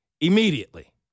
Immediately